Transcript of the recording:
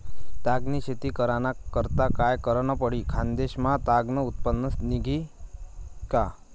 ताग नी शेती कराना करता काय करनं पडी? खान्देश मा ताग नं उत्पन्न निंघी का